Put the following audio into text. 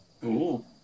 cool